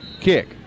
Kick